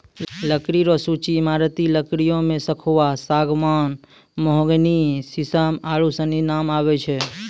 लकड़ी रो सूची ईमारती लकड़ियो मे सखूआ, सागमान, मोहगनी, सिसम आरू सनी नाम आबै छै